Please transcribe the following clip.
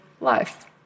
life